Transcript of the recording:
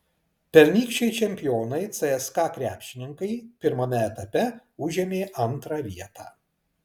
pernykščiai čempionai cska krepšininkai pirmame etape užėmė antrą vietą